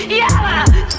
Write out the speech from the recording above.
yellow